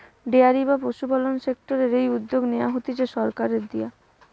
dairy বা পশুপালন সেক্টরের এই উদ্যগ নেয়া হতিছে সরকারের দিয়া